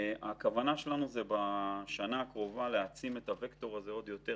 הכוונה שלנו בשנה הקרובה היא להעצים את הווקטור הזה עוד יותר,